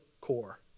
core